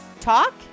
talk